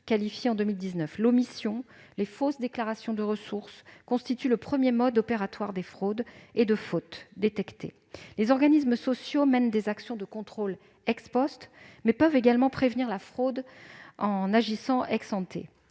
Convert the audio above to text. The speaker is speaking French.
qualifiées en 2019. L'omission et les fausses déclarations de ressources constituent le premier mode opératoire des fraudes et fautes détectées. Les organismes sociaux mènent des actions de contrôle, mais peuvent également prévenir la fraude en agissant.